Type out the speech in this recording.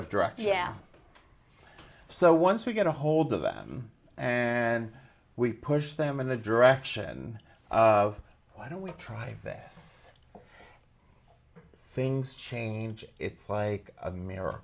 of direct yeah so once we get a hold of them and we push them in the direction of why don't we try this things change it's like a mir